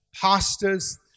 pastors